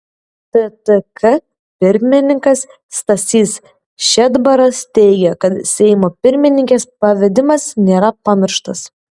ttk pirmininkas stasys šedbaras teigė kad seimo pirmininkės pavedimas nėra pamirštas